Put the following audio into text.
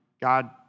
God